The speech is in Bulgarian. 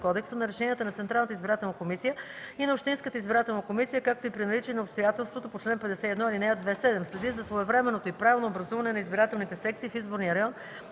кодекса, на решенията на Централната избирателна комисия и на общинската избирателна комисия, както и при наличие на обстоятелство по чл. 51, ал. 2; 7. следи за своевременното и правилно образуване на избирателните секции в изборния район